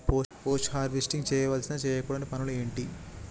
Post harvesting చేయవలసిన చేయకూడని పనులు ఏంటి?